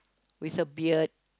with a beard